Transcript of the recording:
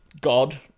God